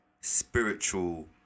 spiritual